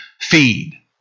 feed